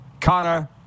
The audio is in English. connor